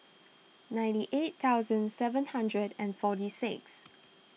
ninety eight thousand seven hundred and forty six